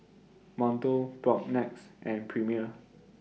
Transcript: Monto Propnex and Premier